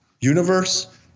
universe